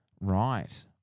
Right